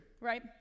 right